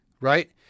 right